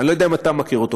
אני לא יודע אם אתה מכיר אותו,